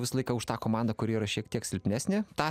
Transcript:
visą laiką už tą komandą kuri yra šiek tiek silpnesnė tą